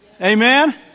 Amen